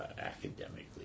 academically